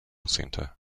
centre